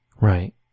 Right